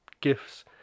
gifts